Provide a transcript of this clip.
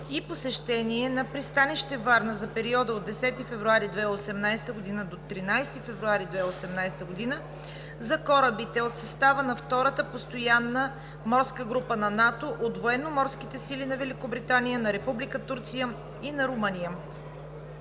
и посещение на пристанище Варна за периода от 10 февруари 2018 г. до 13 февруари 2018 г. за корабите от състава на Втората постоянна морска група на НАТО от Военноморските сили на Великобритания, на Република Турция и на Румъния.